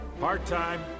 Part-time